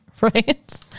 Right